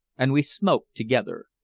and we smoked together.